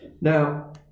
now